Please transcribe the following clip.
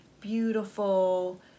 beautiful